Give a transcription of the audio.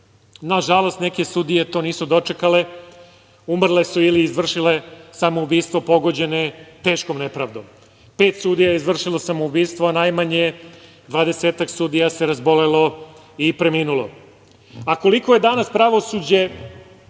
Nažalost, neke sudije to nisu dočekale, umrle su ili izvršile samoubistvo pogođene teškom nepravdom. Pet sudija je izvršilo samoubistvo, a najmanje dvadesetak sudija se razbolelo i preminulo. Kako i koliko danas pravosuđe